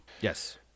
yes